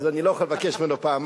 אז אני לא אוכל לבקש ממנו פעמיים,